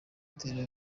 atera